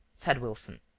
said wilson.